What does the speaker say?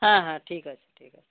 হ্যাঁ হ্যাঁ ঠিক আছে ঠিক আছে